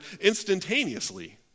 instantaneously